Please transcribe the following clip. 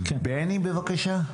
בני, בבקשה.